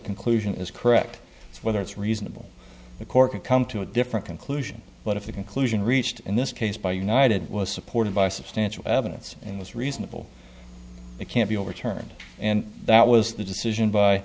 conclusion is correct it's whether it's reasonable the court could come to a different conclusion but if the conclusion reached in this case by united was supported by substantial evidence and was reasonable it can be overturned and that was the decision by